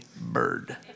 bird